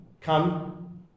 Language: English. come